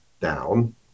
down